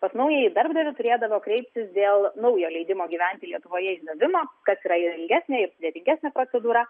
pas naująjį darbdavį turėdavo kreiptis dėl naujo leidimo gyventi lietuvoje išdavimo kas yra ir ilgesnė ir sudėtingesnė procedūra